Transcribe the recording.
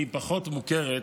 והיא פחות מוכרת,